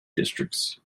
districts